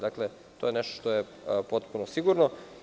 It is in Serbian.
Dakle, to je nešto što je potpuno sigurno.